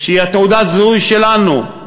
שהיא תעודת הזיהוי שלנו,